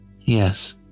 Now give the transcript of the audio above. Yes